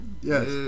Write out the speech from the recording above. Yes